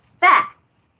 facts